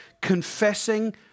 confessing